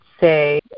say